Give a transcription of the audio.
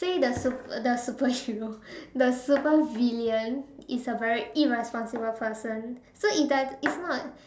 say the sup~ the superhero the supervillain is a very irresponsible person so it does it's not